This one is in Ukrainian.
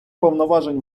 повноважень